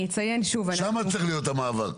שם צריך להיות המאבק.